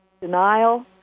Denial